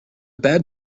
bad